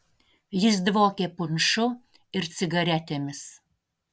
jis dvokė punšu ir cigaretėmis